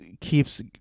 keeps